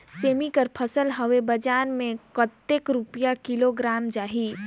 सेमी के फसल हवे बजार मे कतेक रुपिया किलोग्राम जाही?